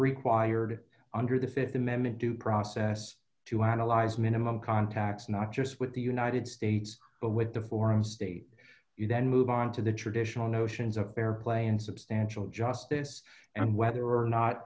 required under the th amendment due process to analyze minimum contacts not just with the united states but with the foreign state you then move on to the traditional notions of fair play and substantial justice and whether or not